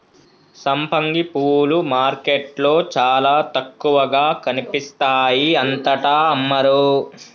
సంపంగి పూలు మార్కెట్లో చాల తక్కువగా కనిపిస్తాయి అంతటా అమ్మరు